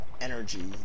energy